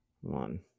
one